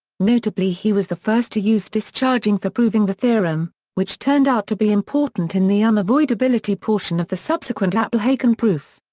notably he was the first to use discharging for proving the theorem, which turned out to be important in the unavoidability portion of the subsequent appel-haken proof.